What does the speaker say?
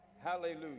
Hallelujah